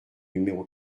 numéro